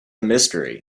mystery